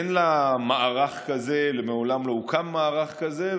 אין לה מערך כזה, מעולם לא הוקם מערך כזה.